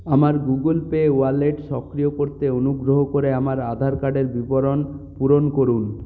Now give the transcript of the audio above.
আমার Google Pay wallet সক্রিয় করতে অনুগ্রহ করে আমার আধার কার্ডের বিবরণ পূরণ করুন